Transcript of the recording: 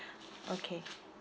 okay